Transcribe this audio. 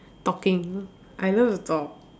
talking I love to talk